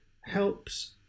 helps